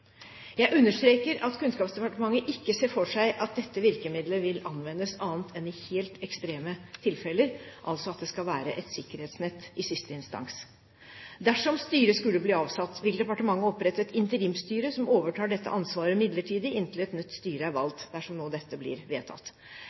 Jeg understreker at Kunnskapsdepartementet ikke ser for seg at dette virkemidlet vil anvendes annet enn i helt ekstreme tilfeller, altså at det skal være et sikkerhetsnett i siste instans. Dersom styret skulle bli avsatt, vil departementet opprette et interimsstyre som overtar dette ansvaret midlertidig, inntil et nytt styre er valgt – dersom dette nå blir vedtatt.